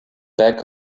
back